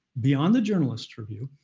beyond the journalist's review,